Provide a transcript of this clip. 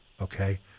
okay